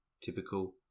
typical